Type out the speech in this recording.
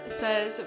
says